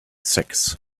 sacks